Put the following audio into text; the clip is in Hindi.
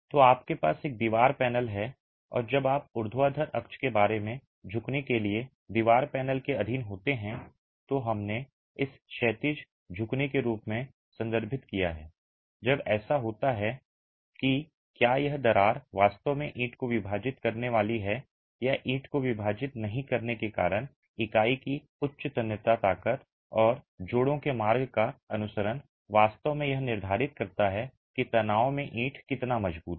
तो आपके पास एक दीवार पैनल है और जब आप ऊर्ध्वाधर अक्ष के बारे में झुकने के लिए दीवार पैनल के अधीन होते हैं तो हमने इसे क्षैतिज झुकने के रूप में संदर्भित किया है जब ऐसा होता है कि क्या यह दरार वास्तव में ईंट को विभाजित करने वाली है या ईंट को विभाजित नहीं करने के कारण इकाई की उच्च तन्यता ताकत और जोड़ों के मार्ग का अनुसरण वास्तव में यह निर्धारित करता है कि तनाव में ईंट कितना मजबूत है